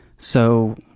so,